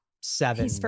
seven